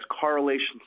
correlations